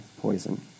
poison